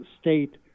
state